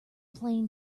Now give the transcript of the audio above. plain